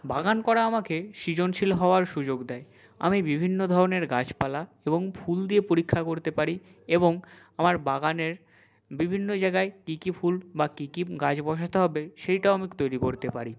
বাগান করা আমাকে সৃজনশীল হওয়ার সুযোগ দেয় আমি বিভিন্ন ধরনের গাছপালা এবং ফুল দিয়ে পরীক্ষা করতে পারি এবং আমার বাগানের বিভিন্ন জায়গায় কী কী ফুল বা কী কী গাছ বসাতে হবে সেইটাও আমি তৈরি করতে পারি